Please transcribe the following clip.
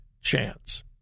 chance